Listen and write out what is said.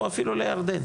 או אפילו לירדן.